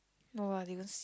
no lah they don't se~